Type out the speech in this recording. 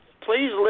please